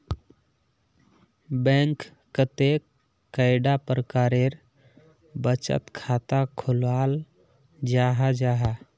Bank कतेक कैडा प्रकारेर बचत खाता खोलाल जाहा जाहा?